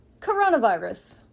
coronavirus